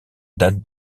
date